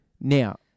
Now